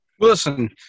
Listen